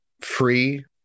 free